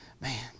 Man